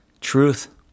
truth